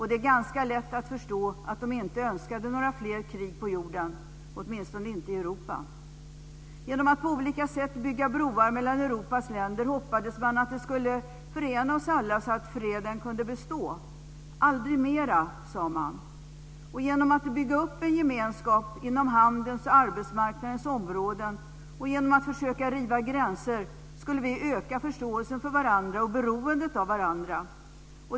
Det är ganska lätt att förstå att de inte önskade några fler krig på jorden, åtminstone inte i Europa. Genom att på olika sätt bygga broar mellan Europas länder hoppades man att vi alla skulle förenas, så att freden kunde bestå. Aldrig mera krig, sade man. Genom att bygga upp en gemenskap inom handelns och arbetsmarknadens områden och genom att försöka riva gränser skulle vi öka förståelsen för varandra och beroendet av varandra.